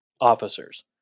officers